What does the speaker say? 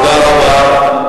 תודה רבה.